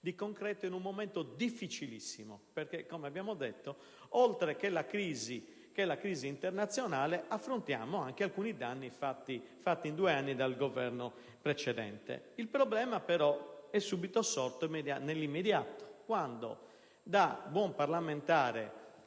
di concreto in un momento difficilissimo perché, come abbiamo detto, oltre che la crisi internazionale affrontiamo anche alcuni danni fatti in due anni dal Governo precedente. Il problema, però, è subito sorto nell'immediato quando, da buon parlamentare